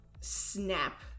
snap